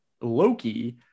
Loki